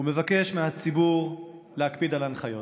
ומבקש מהציבור להקפיד על ההנחיות.